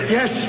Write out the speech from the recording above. Yes